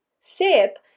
sip